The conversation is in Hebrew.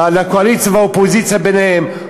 לקואליציה והאופוזיציה ביניהן,